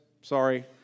sorry